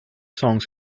songs